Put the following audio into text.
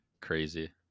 crazy